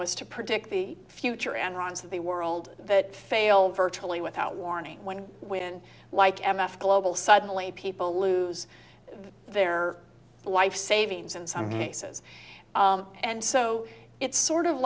was to predict the future and wrongs of the world that failed virtually without warning when when like m f global suddenly people lose their life savings in some cases and so it's sort of